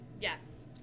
yes